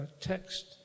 text